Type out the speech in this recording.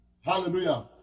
Hallelujah